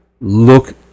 look